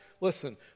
Listen